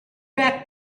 back